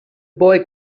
boy